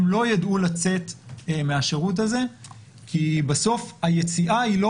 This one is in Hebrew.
הם לא ידעו לצאת מהשירות הזה כי בסוף היציאה היא לא